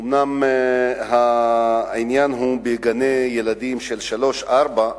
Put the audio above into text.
אומנם העניין הוא בגני-ילדים של גיל שלוש-ארבע,